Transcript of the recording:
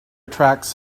attracts